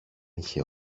είχε